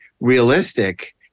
realistic